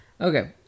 Okay